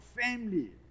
Family